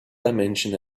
dimension